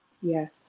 Yes